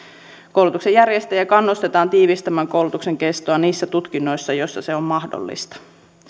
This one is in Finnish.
koulutuksen järjestäjiä kannustetaan tiivistämään koulutuksen kestoa niissä tutkinnoissa joissa se on mahdollista